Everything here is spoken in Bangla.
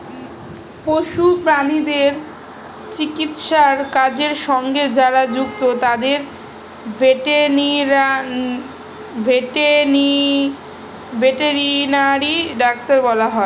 পশু প্রাণীদের চিকিৎসার কাজের সঙ্গে যারা যুক্ত তাদের ভেটেরিনারি ডাক্তার বলা হয়